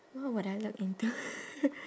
what would I look into